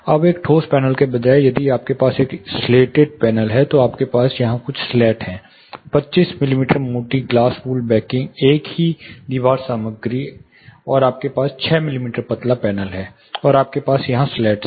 अब एक ठोस पैनल के बजाय यदि आपके पास एक स्लेटेड पैनल है तो आपके पास यहां कुछ स्लैट हैं 25 मिमी मोटी ग्लास वूल बैकिंग एक ही दीवार सामग्री और आपके पास 6 मिमी पतला पैनल है और आपके पास यहां स्लैट्स हैं